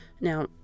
Now